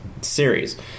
series